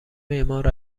معمار